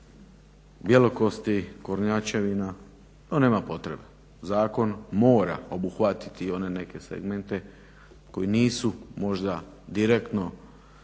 bjelokosti, kornjačevina, to nema potrebe, zakon mora obuhvatiti i one neke segmente koji nisu možda direktno